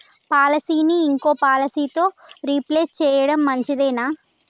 పాలసీని ఇంకో పాలసీతో రీప్లేస్ చేయడం మంచిదేనా?